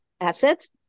assets